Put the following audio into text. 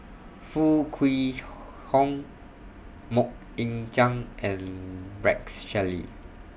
Foo Kwee Horng Mok Ying Jang and Rex Shelley